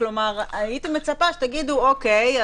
הייתי מצפה שתגידו אוקיי,